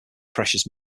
precious